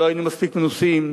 לא היינו מספיק מנוסים,